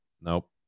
Nope